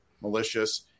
malicious